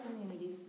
communities